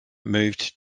moved